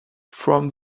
from